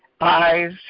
eyes